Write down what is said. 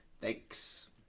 Thanks